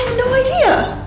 no idea.